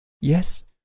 Yes